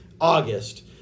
August